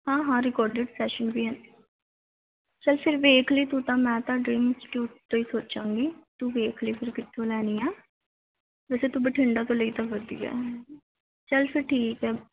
ਹਾਂ ਹਾਂ recorded fashion ਵੀ ਹੈ ਚੱਲ ਫਿਰ ਵੇਖ ਲਈ ਤੂੰ ਤਾਂ ਮੈਂ ਤਾਂ ਡਰੀਮ ਇੰਸਟੀਚਿਊਟ ਤੋਂ ਹੀ ਸੋਚਾਂਗੀ ਤੂੰ ਵੇਖ ਲਈ ਫਿਰ ਕਿੱਥੋਂ ਲੈਣੀ ਆ ਵੈਸੇ ਤੂੰ ਬਠਿੰਡਾ ਤੋਂ ਲਈ ਤਾਂ ਵਧੀਆ ਹੈ ਚੱਲ ਫਿਰ ਠੀਕ ਹੈ